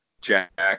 Jack